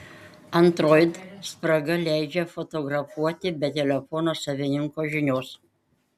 android spraga leidžia fotografuoti be telefono savininko žinios